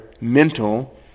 mental